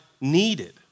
needed